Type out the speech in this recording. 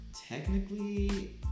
technically